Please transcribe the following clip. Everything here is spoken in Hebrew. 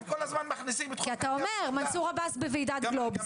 אתה אומר, מנסור עבאס בוועידת גלובס.